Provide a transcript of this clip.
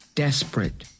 desperate